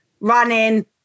running